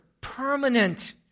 permanent